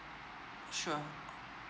sure